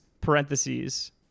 parentheses